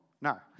No